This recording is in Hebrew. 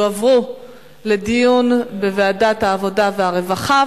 יועברו לדיון בוועדת העבודה והרווחה.